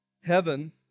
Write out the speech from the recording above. Heaven